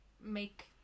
make